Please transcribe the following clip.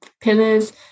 pillars